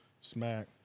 Smack